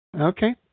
Okay